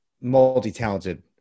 multi-talented